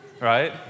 right